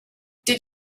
did